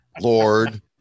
lord